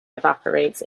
evaporates